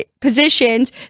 positions